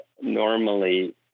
normally